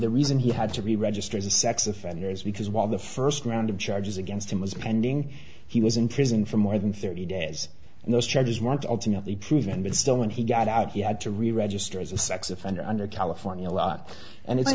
the reason he had to be register as a sex offender is because while the first round of charges against him was pending he was in prison for more than thirty days and those charges weren't ultimately proven but still when he got out he had to reregister as a sex offender under california law an